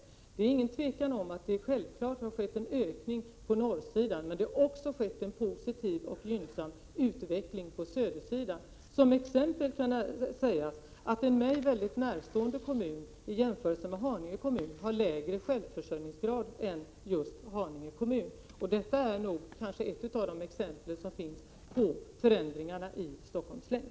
30 maj 1988 Det är inget tvivel om att det har skett en ökning på norrsidan, men det har också skett en positiv och gynnsam utveckling på södersidan. Som exempel kan jag nämna att en mig mycket närstående kommun har lägre självförsörjningsgrad än Haninge kommun. Detta är ett av de exempel som finns på förändringarna i Stockholms län.